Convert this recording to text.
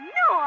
no